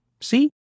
See